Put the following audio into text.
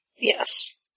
Yes